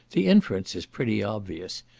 the inference is pretty obvious,